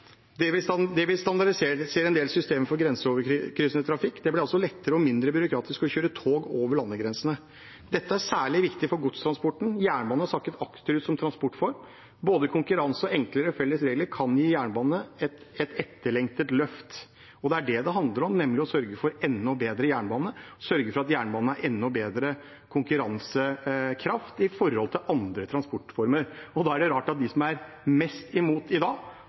det vil standardisere en del systemer for grensekryssende trafikk. Det blir altså lettere og mindre byråkratisk å kjøre tog over landegrensene. Dette er særlig viktig for godstransporten. Jernbanen har sakket akterut som transportform. Både konkurranse og enklere felles regler kan gi jernbanen et etterlengtet løft, og det er det det handler om, nemlig å sørge for enda bedre jernbane og for at jernbanen har enda bedre konkurransekraft i forhold til andre transportformer. Da er det rart at de som er mest imot i dag,